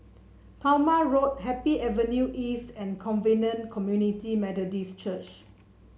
Talma Road Happy Avenue East and Covenant Community Methodist Church